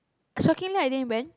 shockingly I didn't went